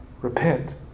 repent